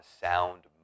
sound